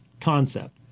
concept